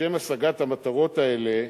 לשם השגת המטרות האלה,